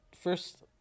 first